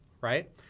Right